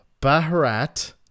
Baharat